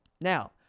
Now